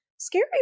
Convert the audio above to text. scary